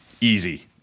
easy